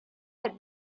had